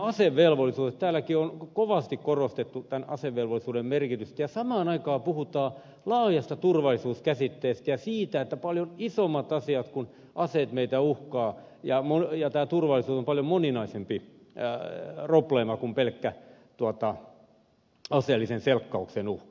muutenkin täälläkin on kovasti korostettu tämän asevelvollisuuden merkitystä ja samaan aikaan puhutaan laajasta turvallisuuskäsitteestä ja siitä että paljon isommat asiat kuin aseet meitä uhkaavat ja tämä turvallisuus on paljon moninaisempi probleema kuin pelkkä aseellisen selkkauksen uhka